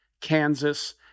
Kansas